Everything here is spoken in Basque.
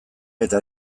eta